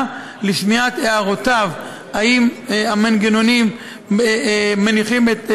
לשמיעת הערותיו אם המנגנונים מניחים את דעתו,